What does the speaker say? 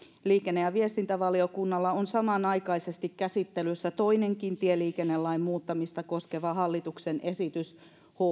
liikenne ja viestintävaliokunnalla on samanaikaisesti käsittelyssä toinenkin tieliikennelain muuttamista koskeva hallituksen esitys